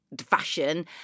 fashion